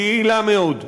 היא יעילה מאוד.